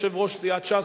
יו"ר סיעת ש"ס,